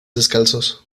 descalzos